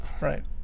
Right